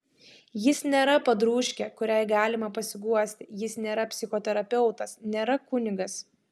jis nėra padrūžkė kuriai galima pasiguosti jis nėra psichoterapeutas nėra kunigas